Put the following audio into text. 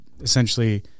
essentially